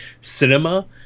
cinema